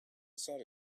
sought